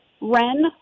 Ren